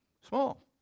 small